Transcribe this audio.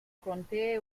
contea